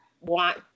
want